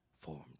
formed